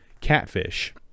catfish